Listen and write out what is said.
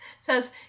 says